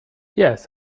yes